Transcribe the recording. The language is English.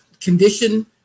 condition